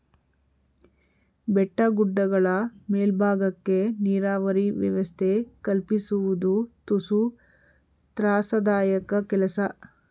ಬೆಟ್ಟ ಗುಡ್ಡಗಳ ಮೇಲ್ಬಾಗಕ್ಕೆ ನೀರಾವರಿ ವ್ಯವಸ್ಥೆ ಕಲ್ಪಿಸುವುದು ತುಸು ತ್ರಾಸದಾಯಕ ಕೆಲಸ